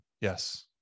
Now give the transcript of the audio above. Yes